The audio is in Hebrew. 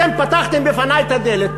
אתם פתחתם בפני את הדלת.